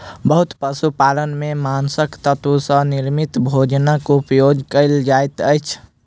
बहुत पशु पालन में माँछक तत्व सॅ निर्मित भोजनक उपयोग कयल जाइत अछि